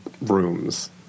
rooms